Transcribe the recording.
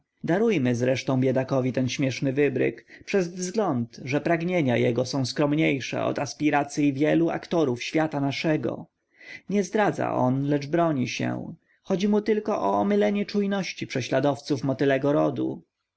darujmy zresztą biedakowi ten śmieszny wybryk przez wzgląd że pragnienia jego są skromniejsze od aspiracyj wielu aktorów świata naszego nie zdradza on lecz broni się chodzi mu tylko o omylenie czujności prześladowców motylego rodu